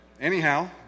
Anyhow